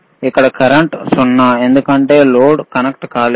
ఇక్కడ కరెంట్ 0 ఎందుకంటే load connect కాలేదు